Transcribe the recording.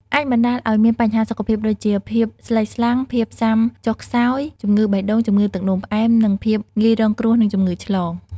អាចបណ្តាលឱ្យមានបញ្ហាសុខភាពដូចជា ភាពស្លេកស្លាំង ភាពស៊ាំចុះខ្សោយ ជំងឺបេះដូង ជំងឺទឹកនោមផ្អែម និងភាពងាយរងគ្រោះនឹងជំងឺឆ្លង។